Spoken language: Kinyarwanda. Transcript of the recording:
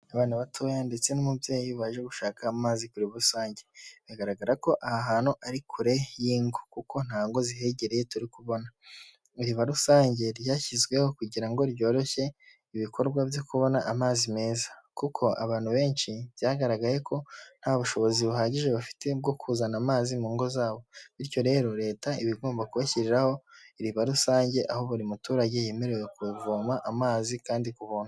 Abana batoya ndetse n'umubyeyi baje gushaka amazi ku riba rusange, bigaragara ko aha hantu ari kure y'ingo kuko ntago zihegereye turi kubona, iriba rusange ryashyizweho kugira ngo ryoroshye ibikorwa byo kubona amazi meza kuko abantu benshi byagaragaye ko nta bushobozi buhagije bafite bwo kuzana amazi mu ngo zabo bityo rero leta iba igomba kubashyiriraho iriba rusange, aho buri muturage yemerewe kuvoma amazi kandi ku buntu.